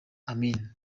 amin